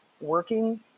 working